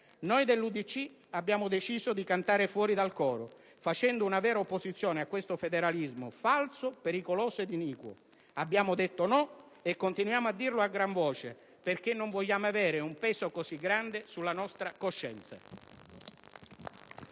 Noi dell'UDC abbiamo deciso di cantare fuori dal coro, facendo una vera opposizione a questo federalismo falso, pericoloso ed iniquo. Abbiamo detto no e continuiamo a dirlo a gran voce, perché non vogliamo avere un peso così grande sulla nostra coscienza.